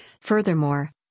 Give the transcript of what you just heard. Furthermore